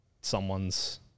someone's